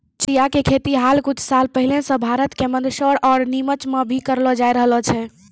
चिया के खेती हाल कुछ साल पहले सॅ भारत के मंदसौर आरो निमच मॅ भी करलो जाय रहलो छै